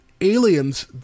aliens